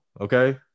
okay